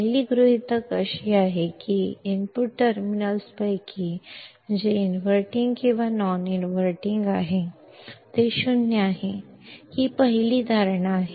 पहिली गृहितक अशी आहे की इनपुट टर्मिनल्सपैकी जे इनव्हर्टिंग किंवा नॉन इनव्हर्टिंग आहे ते 0 आहे ही पहिली धारणा आहे